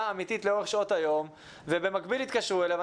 אמיתית לאורך שעות היום ובמקביל יתקשרו אליו,